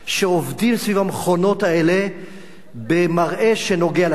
שעובדים סביב המכונות האלה במראה שנוגע ללב.